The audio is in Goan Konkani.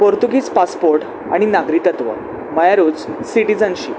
पोर्तुगीज पासपोर्ट आनी नागरीतत्व म्हळ्यारोच सिटीजनशीप